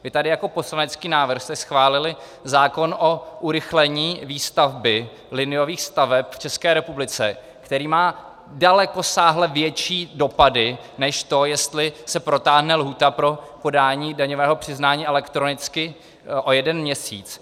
Vy jste tady jako poslanecký návrh schválili zákon o urychlení výstavby liniových staveb v České republice, který má dalekosáhle větší dopady než to, jestli se protáhne lhůta pro podání daňového přiznání elektronicky o jeden měsíc.